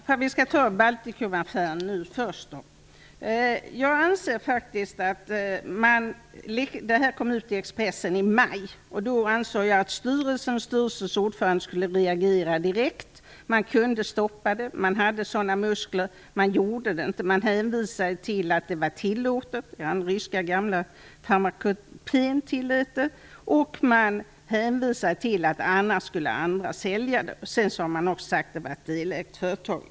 Fru talman! Baltikumaffären kom ut i Expressen i maj. Jag anser att styrelsen och styrelsens ordförande skulle ha reagerat direkt. Man kunde ha stoppat det, man hade sådana muskler, men man gjorde det inte. Man hänvisade till att detta var tillåtet, den ryska gamla farmakopén tillät detta, och man hänvisade till att andra annars skulle sälja läkemedlen. Man har också sagt att företaget var delägt.